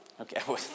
okay